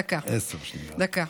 דקה.